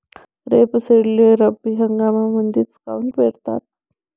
रेपसीडले रब्बी हंगामामंदीच काऊन पेरतात?